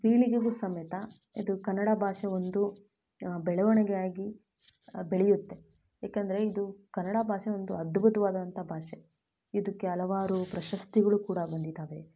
ಪೀಳಿಗೆಗೂ ಸಮೇತ ಇದು ಕನ್ನಡ ಭಾಷೆ ಒಂದು ಬೆಳವಣಿಗೆಯಾಗಿ ಬೆಳೆಯುತ್ತೆ ಯಾಕಂದರೆ ಇದು ಕನ್ನಡ ಭಾಷೆ ಒಂದು ಅದ್ಭುತವಾದಂಥ ಭಾಷೆ ಇದಕ್ಕೆ ಹಲವಾರು ಪ್ರಶಸ್ತಿಗಳು ಕೂಡ ಬಂದಿದ್ದಾವೆ